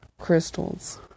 crystals